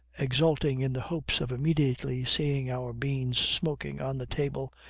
exulting in the hopes of immediately seeing our beans smoking on the table,